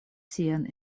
sian